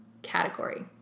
category